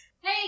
Hey